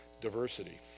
diversity